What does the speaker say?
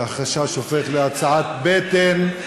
והחשש הופך לתחושת בטן,